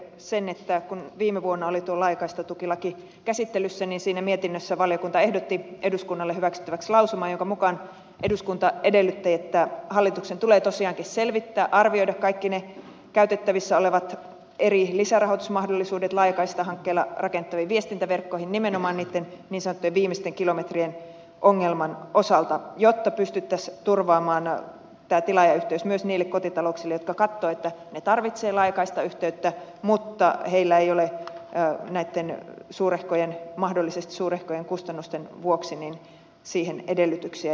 pentti oinoselle sen että kun viime vuonna oli tuo laajakaistatukilaki käsittelyssä niin siinä mietinnössä valiokunta ehdotti eduskunnalle hyväksyttäväksi lausuman jonka mukaan eduskunta edellyttäisi että hallituksen tulee tosiaankin selvittää arvioida kaikki käytettävissä olevat eri lisärahoitusmahdollisuudet laajakaistahankkeella rakennettaviin viestintäverkkoihin nimenomaan niitten niin sanottujen viimeisten kilometrien ongelman osalta jotta pystyttäisiin turvaamaan tämä tilaajayhteys myös niille kotitalouksille jotka katsovat että ne tarvitsevat laajakaistayhteyttä mutta niillä ei ole näitten mahdollisesti suurehkojen kustannusten vuoksi siihen edellytyksiä